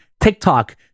TikTok